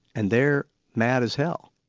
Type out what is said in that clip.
and they're mad as hell.